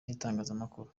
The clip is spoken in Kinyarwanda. n’itangazamakuru